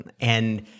and-